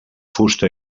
fusta